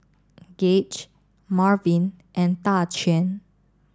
Gaige Marvin and Daquan